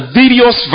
various